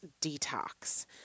detox